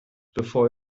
bevor